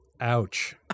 ouch